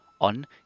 On